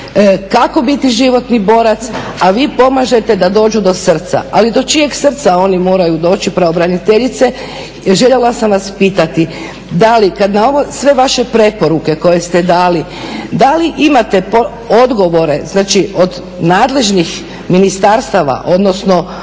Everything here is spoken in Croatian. kako biti životni borac, a vi pomažete da dođu do srca. Ali do čijeg srca oni moraju doći pravobraniteljice željela sam vas pitati? Da li kada na sve ove vaše preporuke koje ste dali da li imate odgovore od nadležnih ministarstava odnosno od